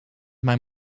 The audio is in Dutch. mijn